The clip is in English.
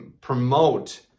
promote